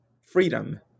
freedom